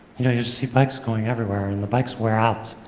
you know you see bikes going everywhere, and the bikes wear out.